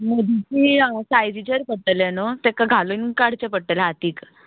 मुदी सायजिचेर पडटले नू तेका घालून काडचे पडटले हातीक